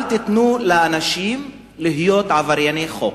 אל תיתנו לאנשים להיות עברייני חוק.